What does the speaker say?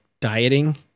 dieting